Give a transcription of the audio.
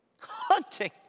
Hunting